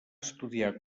estudiar